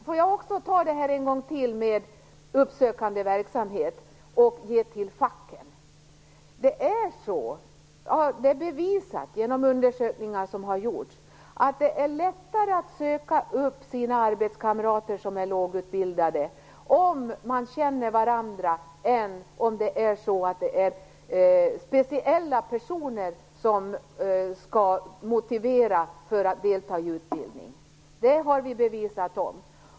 Får jag också en gång till ta upp det här med uppsökande verksamhet och med att ge till facken. Det är bevisat genom undersökningar att det är lättare att man söker upp sina arbetskamrater som är lågutbildade, och som man känner, än om speciella personer skall motivera till deltagande i utbildning. Det är bevisat.